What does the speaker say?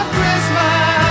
Christmas